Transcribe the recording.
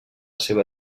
seva